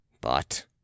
But